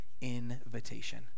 Invitation